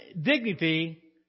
dignity